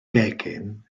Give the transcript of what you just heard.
gegin